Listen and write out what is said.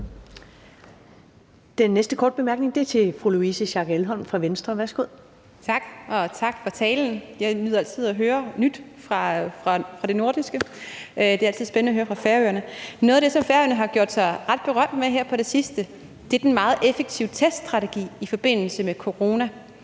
Noget af det, som Færøerne har gjort sig ret berømt for her på det sidste, er den meget effektive teststrategi i forbindelse med corona.